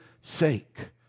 sake